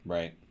Right